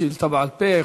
זו שאילתה בעל-פה.